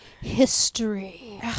History